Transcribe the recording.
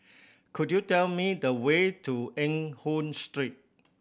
could you tell me the way to Eng Hoon Street